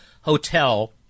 hotel